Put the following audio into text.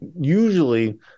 usually